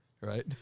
Right